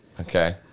Okay